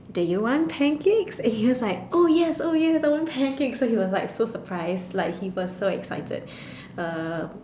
do you want pancakes and he was like oh yes oh yes I want pancakes so he was like so surprised like he was so excited uh